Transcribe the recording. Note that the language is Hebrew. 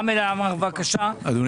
אגב,